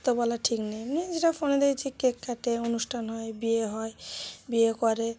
তো বলা ঠিক নয় এমনি যেটা ফোনে দেখেছি কেক কাটে অনুষ্ঠান হয় বিয়ে হয় বিয়ে করে